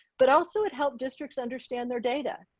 but also it helped districts understand their data.